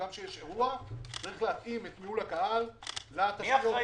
זו אחת השאלות המרכזיות.